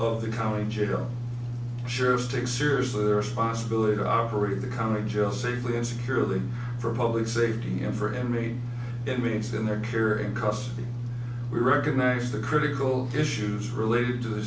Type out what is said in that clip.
of the county jail sheriffs take seriously their responsibility to operate the county jail safely and securely for public safety and for inmates in their care and custody we recognize the critical issues related to the